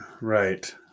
Right